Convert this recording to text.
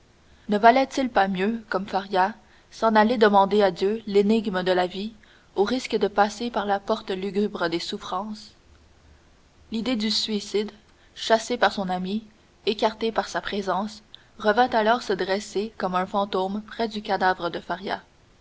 ne valait-il pas mieux comme faria s'en aller demander à dieu l'énigme de la vie au risque de passer par la porte lugubre des souffrances l'idée du suicide chassée par son ami écartée par sa présence revint alors se dresser comme un fantôme près du cadavre de faria